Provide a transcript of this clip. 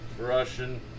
russian